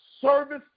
service